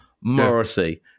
Morrissey